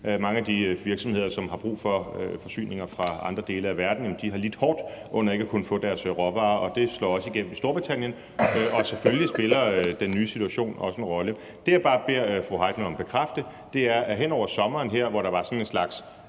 Mange af de virksomheder, som har brug for forsyninger fra andre dele af verden, har lidt hårdt under ikke at kunne få deres råvarer. Det slår også igennem i Storbritannien. Og selvfølgelig spiller den nye situation også en rolle. Det, jeg bare beder fru Jane Heitmann om at bekræfte, er, at hen over sommeren, hvor der var sådan en slags